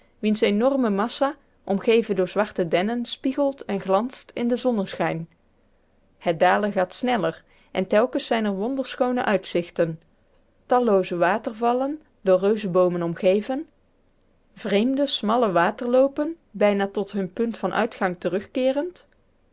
wiens enorme massa omgeven door zwarte dennen spiegelt en glanst in den zonneschijn het dalen gaat sneller en telkens zijn er wonderschoone uitzichten tallooze watervallen door reuzenboomen omgeven vreemde smalle waterloopen bijna tot hun punt van uitgang terugkeerend